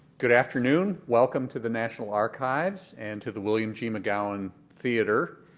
good afternoon. welcome to the national archives and to the william g. mcgowan theatre,